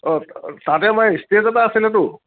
অঁ তাতে আমাৰ ষ্টেজ এটা আছিলেতো